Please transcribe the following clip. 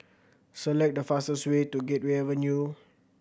select the fastest way to Gateway Avenue